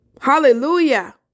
Hallelujah